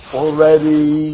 already